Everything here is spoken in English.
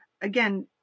again